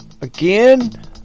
again